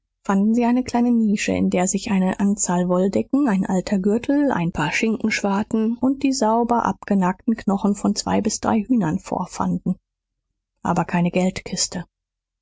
fanden sie eine kleine nische in der sich eine anzahl wolldecken ein alter gürtel ein paar schinkenschwarten und die sauber abgenagten knochen von zwei bis drei hühnern vorfanden aber keine geldkiste